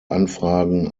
anfragen